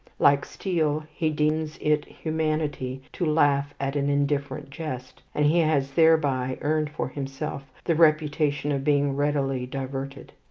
like steele he deems it humanity to laugh at an indifferent jest, and he has thereby earned for himself the reputation of being readily diverted.